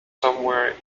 somewhere